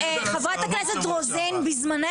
יש לה שתי דקות לדבר